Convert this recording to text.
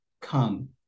come